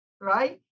right